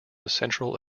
central